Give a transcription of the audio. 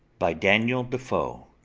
by daniel defoe